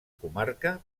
comarca